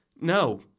No